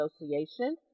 association